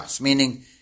meaning